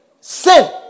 sin